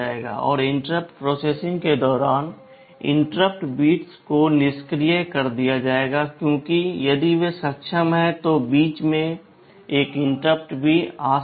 और interrupt processing के दौरान इंटरप्ट बिट्स को निष्क्रिय कर दिया जाएगा क्योंकि यदि वे सक्षम हैं तो बीच में एक और इंटरप्ट भी आ सकती है